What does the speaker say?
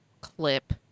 Clip